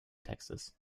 texas